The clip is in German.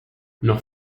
noch